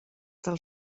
del